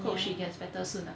ya